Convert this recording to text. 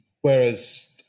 whereas